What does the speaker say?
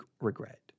regret